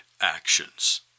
actions